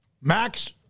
Max